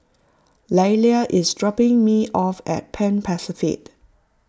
Lelia is dropping me off at Pan Pacific